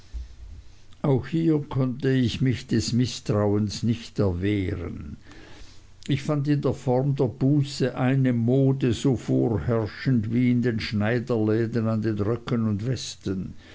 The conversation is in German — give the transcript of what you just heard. auch hier konnte ich mich des mißtrauens nicht erwehren ich fand in der form der buße eine mode so vorherrschend wie in den schneiderläden an den röcken und westen